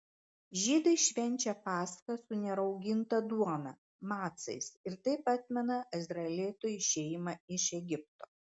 žydai švenčia paschą su nerauginta duona macais ir taip atmena izraelitų išėjimą iš egipto